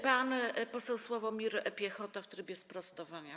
Pan poseł Sławomir Piechota w trybie sprostowania.